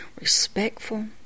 Respectful